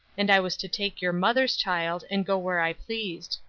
and i was to take your mother's child and go where i pleased.